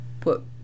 put